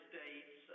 States